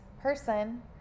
person